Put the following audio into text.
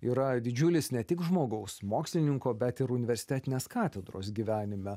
yra didžiulis ne tik žmogaus mokslininko bet ir universitetinės katedros gyvenime